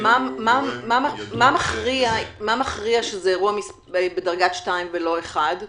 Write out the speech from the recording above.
מה מכריע שזה אירוע בדרגה 2 ולא 1?